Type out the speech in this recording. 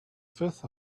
fifth